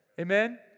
Amen